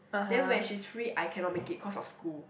then when she's free I cannot make it cause of school